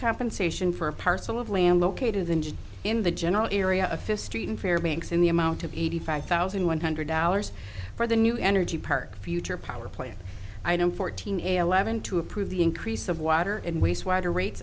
compensation for a parcel of land located in just in the general area of fifth street in fairbanks in the amount of eighty five thousand one hundred dollars for the new energy park future power plant i don't fourteen a leaven to approve the increase of water and waste water rate